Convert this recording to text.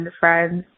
friends